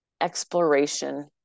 exploration